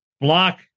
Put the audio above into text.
block